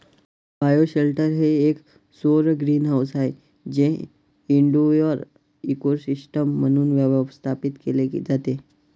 bioshelter हे एक सौर ग्रीनहाऊस आहे जे इनडोअर इकोसिस्टम म्हणून व्यवस्थापित केले जाते